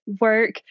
work